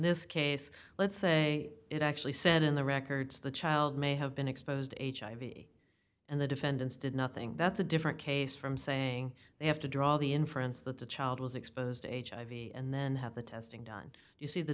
this case let's say it actually said in the records the child may have been exposed to hiv and the defendants did nothing that's a different case from saying they have to draw the inference that the child was exposed to hiv and then have the testing done you see the